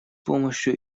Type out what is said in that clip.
помощью